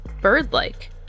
bird-like